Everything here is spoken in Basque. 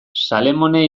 salamone